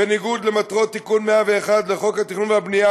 בניגוד למטרות תיקון 101 לחוק התכנון והבנייה,